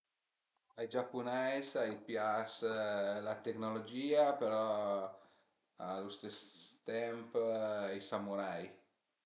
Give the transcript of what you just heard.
Ai giapuneis a i pias la tecnologia, però a lu stes temp a i samurai